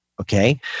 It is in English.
okay